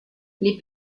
les